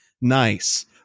nice